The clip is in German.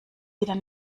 wieder